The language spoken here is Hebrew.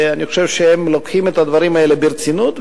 ואני חושב שהם לוקחים את הדברים האלה ברצינות,